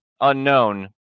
unknown